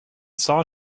saw